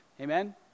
Amen